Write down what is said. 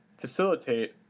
facilitate